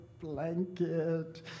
blanket